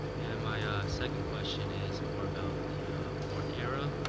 and my second question is more about the fourth era.